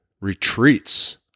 retreats